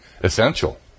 essential